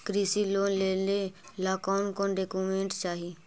कृषि लोन लेने ला कोन कोन डोकोमेंट चाही?